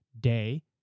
Day